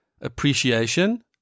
Appreciation